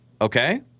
Okay